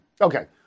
Okay